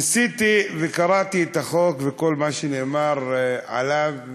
ניסיתי וקראתי את החוק וכל מה שנאמר עליו,